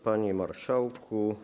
Panie Marszałku!